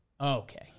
Okay